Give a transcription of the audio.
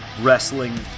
Wrestling